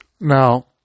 now